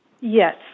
yes